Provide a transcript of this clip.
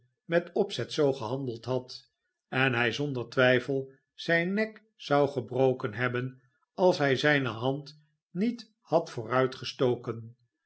met opzet zoo gehandeld had en hij zonder twijfel zijn nek zou gebroken hebben als hij zijne hand niet had